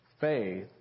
Faith